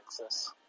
Texas